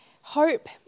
Hope